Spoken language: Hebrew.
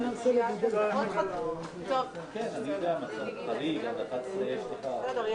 בשעה 12:12.